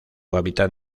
hábitat